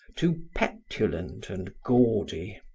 too petulant and gaudy.